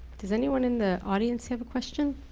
does anyone in the audience have a question?